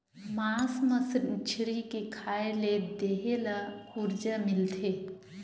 मास मछरी के खाए ले देहे ल उरजा मिलथे